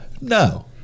No